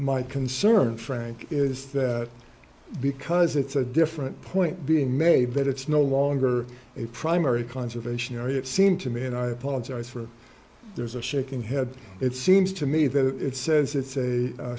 my concern frank is that because it's a different point being made that it's no longer a primary conservation area it seemed to me and i apologize for there's a shaking head it seems to me that says it's a